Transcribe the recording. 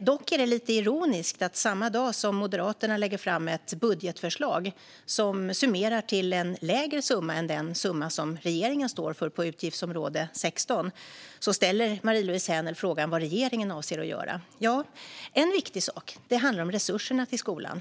Dock är det lite ironiskt att samma dag som Moderaterna lägger fram ett budgetförslag som summerar till en lägre summa än den som regeringen står för på utgiftsområde 16 ställer Marie-Louise Hänel Sandström frågan vad regeringen avser att göra. En viktig sak handlar om resurserna till skolan.